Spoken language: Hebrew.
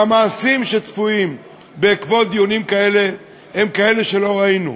והמעשים שצפויים בעקבות דיונים כאלה הם כאלה שלא ראינו.